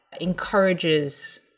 encourages